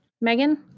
Megan